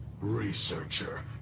Researcher